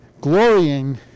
Glorying